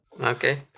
Okay